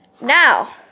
Now